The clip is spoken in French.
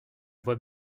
voix